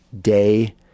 day